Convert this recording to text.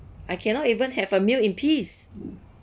I cannot even have a meal in peace